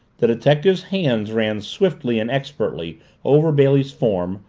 the detective's hands ran swiftly and expertly over bailey's form,